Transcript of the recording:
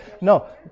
No